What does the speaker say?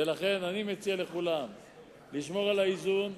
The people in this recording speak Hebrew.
ולכן אני מציע לכולם לשמור על האיזון,